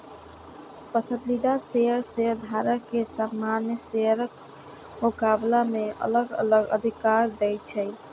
पसंदीदा शेयर शेयरधारक कें सामान्य शेयरक मुकाबला मे अलग अलग अधिकार दै छै